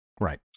right